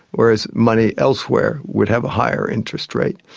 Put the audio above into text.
whereas money elsewhere would have a higher interest rate.